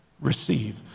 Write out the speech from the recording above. receive